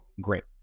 great